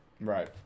Right